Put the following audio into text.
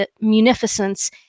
munificence